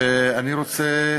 ואני רוצה,